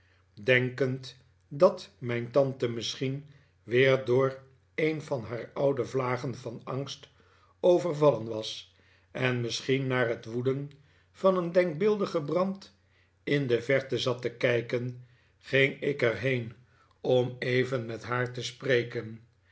denkend dat mijn tante misschien weer door een van haar oude vlagen van angst overvallen was en misschien naar het woeden van een denkbeeldigen brand in de verte zat te kijken ging ik er heen om even met haar te spreken